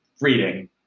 reading